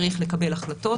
צריך לקבל החלטות,